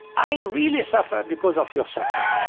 i really suffer because of your suffering.